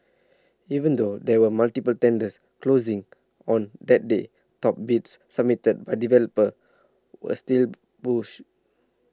even though there were multiple tenders closings on that day top bids submitted by developers were still bullish